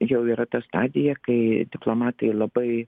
jau yra ta stadija kai diplomatai labai